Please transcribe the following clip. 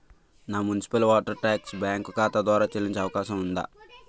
నా municipal water tax bank ఖాతా ద్వారా చెల్లించే అవకాశం ఉందా?